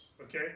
Okay